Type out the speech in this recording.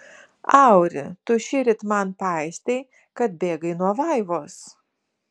auri tu šįryt man paistei kad bėgai nuo vaivos